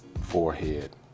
forehead